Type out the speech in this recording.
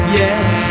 yes